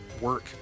work